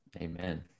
amen